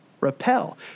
repel